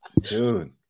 Dude